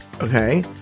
okay